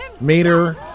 Mater